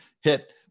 hit